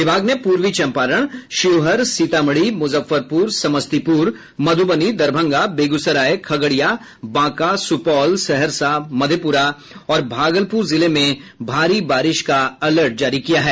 विभाग ने पूर्वी चम्पारण शिवहर सीतामढ़ी मुजफ्फरपुर समस्तीपुर मध्यबनी दरभंगा बेगूसराय खगड़िया बांका सुपौल सहरसा मधेपुरा और भागलपुर जिले में भारी बारिश होने का अलर्ट जारी किया है